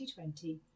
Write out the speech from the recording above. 2020